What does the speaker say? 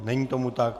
Není tomu tak.